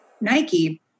Nike